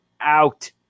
out